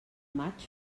maig